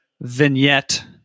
vignette